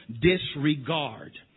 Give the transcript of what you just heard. Disregard